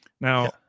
now